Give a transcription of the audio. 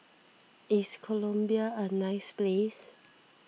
is Colombia a nice place